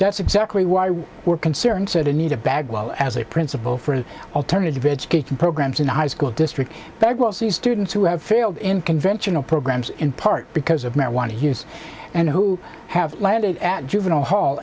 that's exactly why we were concerned so the need of bagwell as a principal for alternative education programs in a high school district that will see students who have failed in conventional programs in part because of marijuana use and who have landed at juvenile hall